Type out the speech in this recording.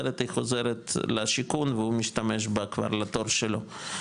אחרת היא חוזרת לשיכון והוא משתמש בה כבר לתור שלו,